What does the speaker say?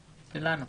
שלנו.